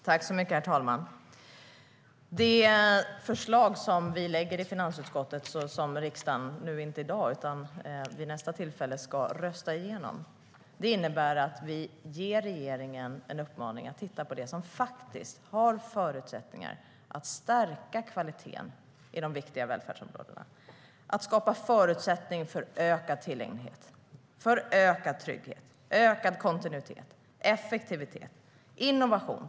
Herr talman! Det förslag som vi lägger fram i finansutskottet och som riksdagen inte i dag utan vid nästa tillfälle ska rösta igenom innebär att vi ger regeringen en uppmaning att titta på det som har förutsättningar att stärka kvaliteten i de viktiga välfärdsområdena. Det handlar om att skapa förutsättningar för ökad tillgänglighet, ökad trygghet, ökad kontinuitet, effektivitet och innovation.